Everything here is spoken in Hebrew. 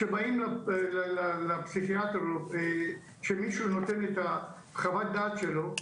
כשבאים לפסיכיאטר, כשמישהו נותן את חוות הדעת שלו,